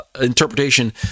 interpretation